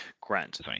Grant